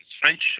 French